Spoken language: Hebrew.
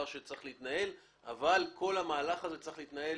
אבל כל המהלך הזה צריך להתנהל